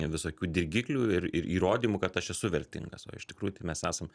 visokių dirgiklių ir ir įrodymų kad aš esu vertingas o iš tikrųjų tai mes esam